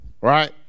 right